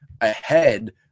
ahead